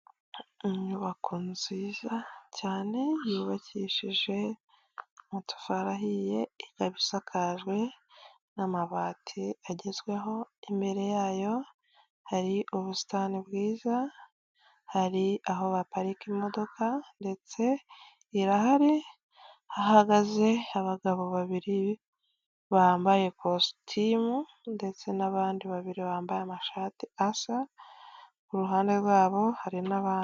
Inyubako nziza cyane yubakishije amatafari ahiye, ikaba isakajwe n'amabati agezweho. Imbere yayo hari ubusitani bwiza, hari aho baparika imodoka, ndetse irahari. Hahagaze abagabo babiri bambaye ikositimu, ndetse n'abandi babiri bambaye amashati asa, ku ruhande rwabo hari n'abandi.